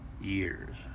years